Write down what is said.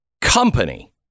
company